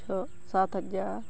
ᱪᱷᱚ ᱥᱟᱛᱦᱟᱡᱟᱨ